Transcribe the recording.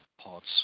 parts